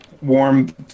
warm